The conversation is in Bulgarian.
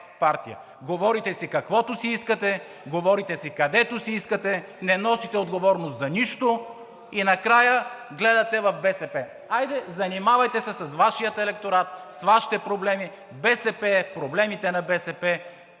партия. Говорите си каквото си искате, говорите си където си искате, не носите отговорност за нищо и накрая гледате в БСП. Хайде, занимавайте се с Вашия електорат, с Вашите проблеми! Проблемите на БСП